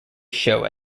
show